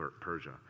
Persia